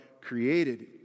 created